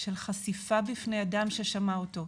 של חשיפה בפני אדם ששמע אותו,